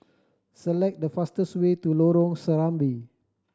select the fastest way to Lorong Serambi